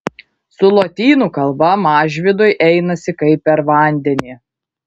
su lotynų kalba mažvydui einasi kaip per vandenį